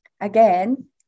again